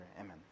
Amen